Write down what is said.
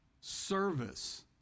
Service